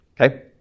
Okay